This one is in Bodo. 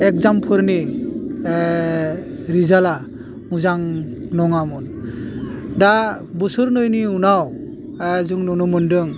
एक्जामफोरनि रिजालआ मोजां नङामोन दा बोसोरनैनि उनाव जों नुनो मोन्दों